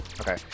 Okay